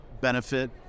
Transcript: benefit